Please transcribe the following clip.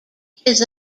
his